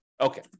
Okay